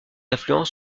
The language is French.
affluents